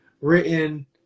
written